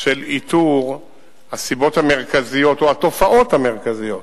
של איתור הסיבות המרכזיות או התופעות המרכזיות